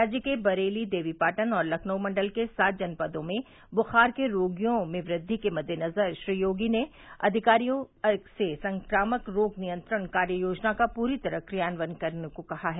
राज्य के बरेली देवी पाटन और लखनऊ मंडल के सात जनपदों में बुखार के रोगियों में वृद्वि के मद्देनज़र श्री योगी ने अधिकारियों से संक्रामक रोग नियंत्रण कार्य योजना का पूरी तरह क्रियान्वयन करने को कहा है